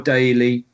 Daily